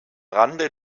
rande